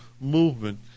movement